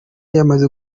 yamaze